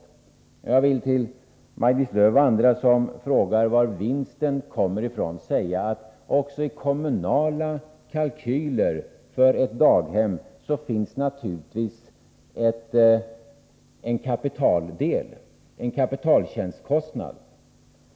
Jag vill till Maj-Lis Lööw och andra som frågar var vinsten kommer från säga att det också i kommunala kalkyler för ett daghem naturligtvis finns en kapitaldel, en kapitaltjänstkostnad.